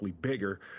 Bigger